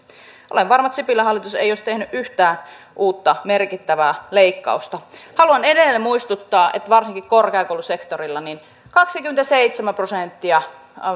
olen varma että sipilän hallitus ei olisi tehnyt yhtään uutta merkittävää leikkausta haluan edelleen muistuttaa että varsinkin korkeakoulusektorilla kaksikymmentäseitsemän prosenttia